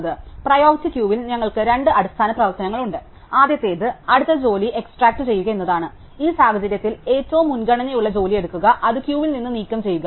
അതിനാൽ പ്രിയോറിറ്റി ക്യൂവിൽ ഞങ്ങൾക്ക് രണ്ട് അടിസ്ഥാന പ്രവർത്തനങ്ങൾ ഉണ്ട് ആദ്യത്തേത് അടുത്ത ജോലി എക്സ്ട്രാക്റ്റുചെയ്യുക എന്നതാണ് ഈ സാഹചര്യത്തിൽ ഏറ്റവും മുൻഗണനയുള്ള ജോലി എടുക്കുക അത് ക്യൂവിൽ നിന്ന് നീക്കംചെയ്യുക